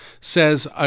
says